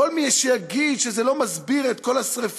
כל מי שיגיד שזה לא מסביר את כל השרפות